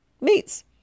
Meats